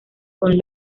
con